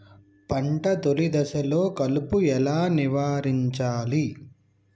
పంట తొలి దశలో కలుపు ఎలా నివారించాలి?